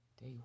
Day